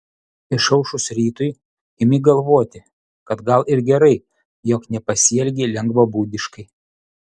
išaušus rytui imi galvoti kad gal ir gerai jog nepasielgei lengvabūdiškai